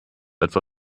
etwa